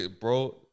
bro